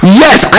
yes